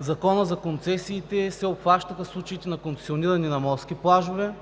Закона за концесиите се обхващаха случаите на концесиониране на морски плажове.